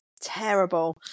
terrible